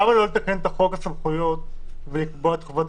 למה לא לתקן את חוק הסמכויות ולקבוע את חובות